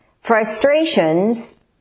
Frustrations